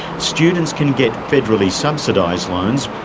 students can get federally subsidised loans,